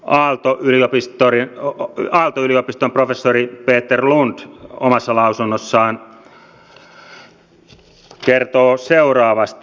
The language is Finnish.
aalto yliopiston professori peter lund omassa lausunnossaan kertoo seuraavasti